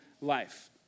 life